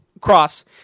Cross